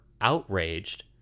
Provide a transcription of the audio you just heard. outraged